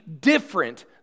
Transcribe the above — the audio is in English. different